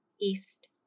east